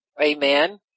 Amen